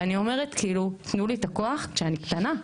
ואני אומרת כאילו, תנו לי את הכוח כשאני קטנה.